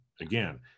Again